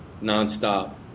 non-stop